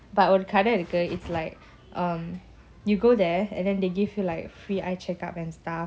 but ஒருகடைஇருக்கு:oru kada iruku it's like um you go there and then they give you like free eye check up and stuff